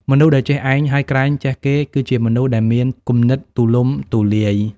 មនុស្សដែលចេះឯងហើយក្រែងចេះគេ គឺជាមនុស្សដែលមានគំនិតទូលំទូលាយ។